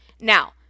Now